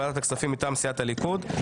שני נושאים שונים.